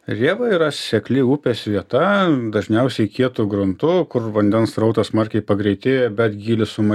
rėva yra sekli upės vieta dažniausiai kietu gruntu kur vandens srautas smarkiai pagreitėja bet gylis suma